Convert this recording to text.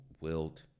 Wilt